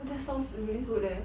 that sounds really good leh